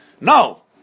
No